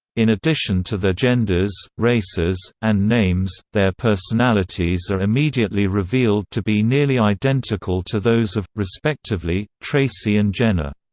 in addition to their genders, races, and names, their personalities are immediately revealed to be nearly identical to those of, respectively, tracy and jenna.